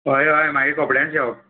हय हय मागें कोंपड्याचें शॉप